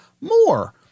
more